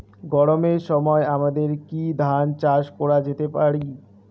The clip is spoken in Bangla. গরমের সময় আমাদের কি ধান চাষ করা যেতে পারি?